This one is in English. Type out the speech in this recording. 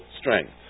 strength